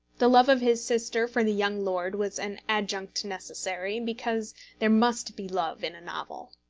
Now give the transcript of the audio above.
the love of his sister for the young lord was an adjunct necessary, because there must be love in a novel.